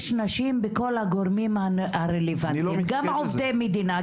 יש נשים בכל הגורמים הרלוונטיים: גם עובדי מדינה,